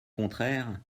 contraire